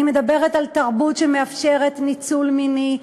אני מדברת על תרבות שמאפשרת ניצול מיני,